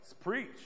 preach